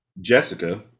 Jessica